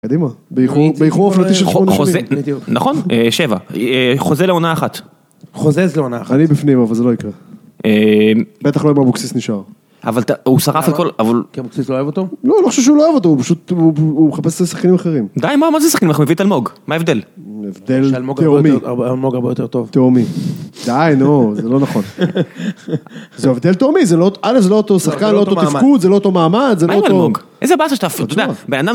קדימה. באיחור, באיחור אופנתי של 8 חודשים נכון? אה, שבע. אה, חוזה לעונה אחת. חוזה לעונה אחת. אני בפנים, אבל זה לא יקרה. אה... בטח לא אם אבוקסיס נשאר. אבל ת... הוא שרף את כל... אבל... כי אבוקסיס לא אוהב אותו? לא, אני לא חושב שהוא לא אוהב אותו. הוא פשוט... הוא מחפש את השחקנים האחרים. די, מה, מה זה שחקנים? הוא הביא את אלמוג. מה ההבדל? הבדל תהומי. אלמוג הרבה יותר טוב. תהומי. די, נו, זה לא נכון. זה ההבדל תהומי. אלף זה לא... זה לא אותו שחקן, לא אותו תפקוד, זה לא אותו מעמד, זה לא אותו... מה עם אלמוג? איזה באסה שאתה... פתאום. בן אדם...